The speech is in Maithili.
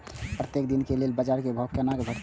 प्रत्येक दिन के लेल बाजार क भाव केना भेटैत?